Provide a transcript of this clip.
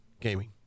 Gaming